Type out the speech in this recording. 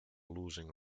losing